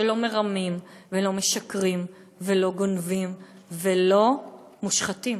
שלא מרמים, ולא משקרים, ולא גונבים, ולא מושחתים.